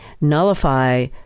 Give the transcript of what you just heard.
nullify